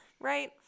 right